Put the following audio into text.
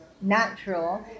natural